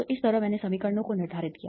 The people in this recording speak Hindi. तो इस तरह मैंने समीकरणों को निर्धारित किया